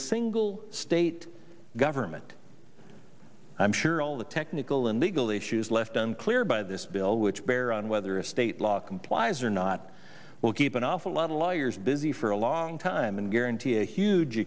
single state government i'm sure all the technical and legal issues left unclear by this bill which bear on whether a state law complies or not will keep an awful lot of lawyers busy for a long time and guarantee a huge